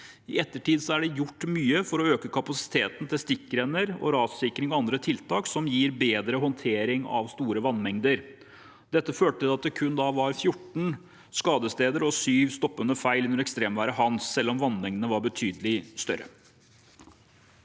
I ettertid er det gjort mye for å øke kapasiteten til stikkrenner, rassikring og andre tiltak som gir bedre håndtering av store vannmengder. Dette førte til at det kun var 14 skadesteder og 7 stoppende feil under ekstremværet «Hans», selv om vannmengdene var betydelig større.